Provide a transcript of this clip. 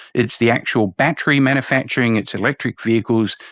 it's the actual battery manufacturing, it's electric vehicles,